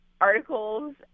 articles